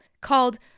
called